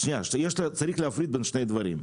רגע, צריך להפריד בין שני דברים.